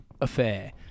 affair